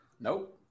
Nope